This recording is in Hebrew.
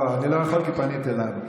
אל תסבלי כל כך.